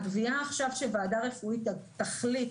הקביעה עכשיו שוועדה רפואית תחליט